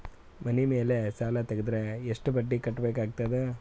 ಮನಿ ಮೇಲ್ ಸಾಲ ತೆಗೆದರ ಎಷ್ಟ ಬಡ್ಡಿ ಕಟ್ಟಬೇಕಾಗತದ?